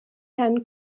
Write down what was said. herrn